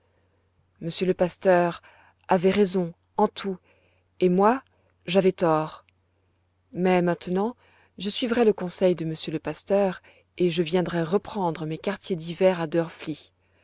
monsieur le pasteur avait raison en tout et moi j'avais tort mais maintenant je suivrai le conseil de monsieur le pasteur et je viendrai reprendre mes quartiers d'hiver